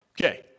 Okay